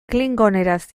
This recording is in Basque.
klingoneraz